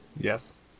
Yes